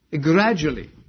Gradually